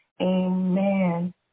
Amen